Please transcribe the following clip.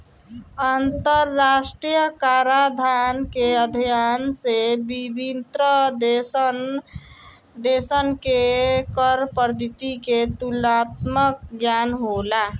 अंतरराष्ट्रीय कराधान के अध्ययन से विभिन्न देशसन के कर पद्धति के तुलनात्मक ज्ञान होला